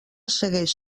segueix